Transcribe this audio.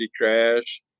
crash